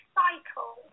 cycle